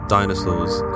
dinosaurs